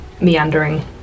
meandering